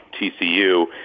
TCU